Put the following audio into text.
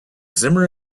zimmer